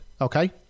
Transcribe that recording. Okay